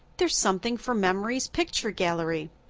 there's something for memory's picture gallery.